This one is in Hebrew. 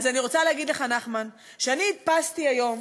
אז אני רוצה להגיד לך, נחמן, שאני הדפסתי היום